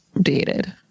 dated